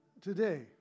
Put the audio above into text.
today